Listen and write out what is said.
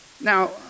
Now